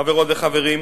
חברות וחברים,